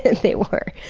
they were.